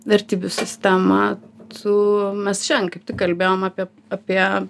vertybių sistemą tu mes šiandien kaip tik kalbėjom apie apie